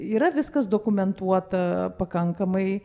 yra viskas dokumentuota pakankamai